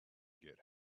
get